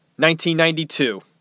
1992